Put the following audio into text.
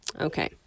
Okay